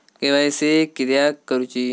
KYC किदयाक करूची?